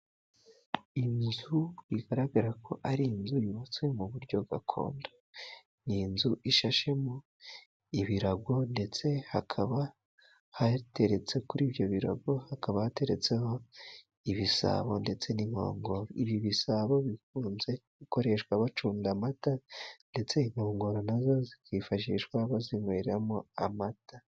Inzu bigaragara ko ari inzu yubatswe mu buryo gakondo, n'inzu ishashemo ibirago ndetse hakaba hateretse kuri ibyo birago hakaba hateretseho ibisabo ndetse n'inkongoro, ibibisabo bikunze gukoreshwa bacunda amata, ndetse inkongoro nazo zikifashishwa bazinyweramo amata.